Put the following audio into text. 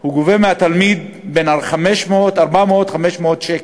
הוא גובה מהתלמיד בין 400 ל-500 שקלים,